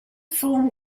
film